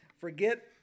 forget